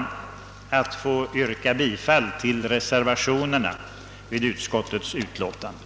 Jag ber att få yrka bifall till de vid utskottets utlåtande